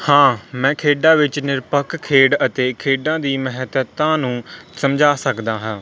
ਹਾਂ ਮੈਂ ਖੇਡਾਂ ਵਿੱਚ ਨਿਰਪੱਖ ਖੇਡ ਅਤੇ ਖੇਡਾਂ ਦੀ ਮਹੱਤਤਾ ਨੂੰ ਸਮਝਾ ਸਕਦਾ ਹਾਂ